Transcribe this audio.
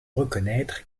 reconnaître